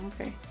okay